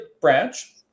branch